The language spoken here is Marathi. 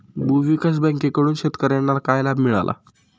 भूविकास बँकेकडून शेतकर्यांना काय लाभ मिळाला?